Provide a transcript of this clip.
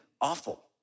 awful